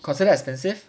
considered expensive